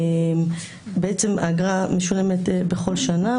האגרה משולמת בכל שנה.